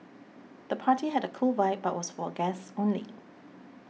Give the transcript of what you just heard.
the party had a cool vibe but was for guests only